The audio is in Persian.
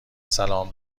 سلام